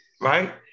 right